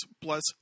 plus